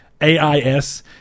A-I-S